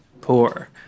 poor